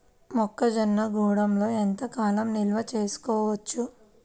మొక్క జొన్నలు గూడంలో ఎంత కాలం నిల్వ చేసుకోవచ్చు?